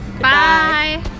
Bye